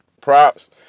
props